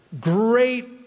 great